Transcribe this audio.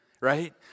right